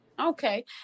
Okay